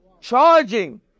charging